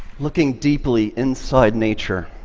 looking deeply inside nature,